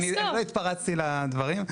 אני לא התפרצתי לדברים.